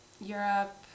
Europe